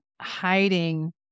hiding